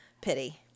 pity